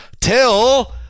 Till